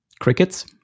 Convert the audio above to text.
crickets